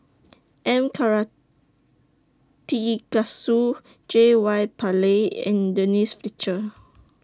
M Karthigesu J Y Pillay and Denise Fletcher